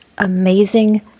Amazing